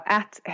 att